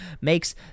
Makes